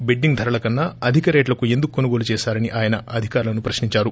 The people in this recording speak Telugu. బిడ్డింగ్ ధరల కన్నా అధిక రేట్లకు ఎందుకు కొనుగోలు చేశారని తయన అధికారులను ప్రశ్నించారు